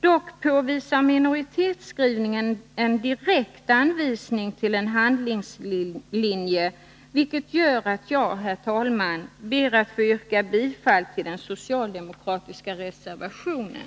Dock påvisar minoritetsskrivningen en direkt anvisning till en handlingslinje, vilket gör att jag, herr talman, ber att få yrka bifall till den socialdemokratiska reservationen.